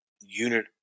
unit